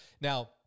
Now